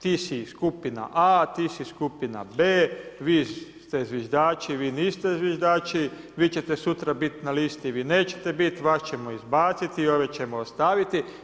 Ti si skupina A, ti si skupina B, vi ste zviždači, vi niste zviždači, vi ćete sutra biti na listi, vi nećete biti, vas ćemo izbaciti, ove ćemo ostaviti.